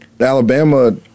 Alabama –